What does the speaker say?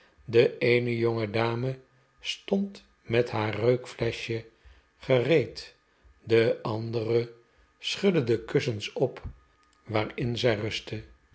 de eene jongedame stond met haar reukfleschje gereed en de andere schudde de kussens op waarin zij rustte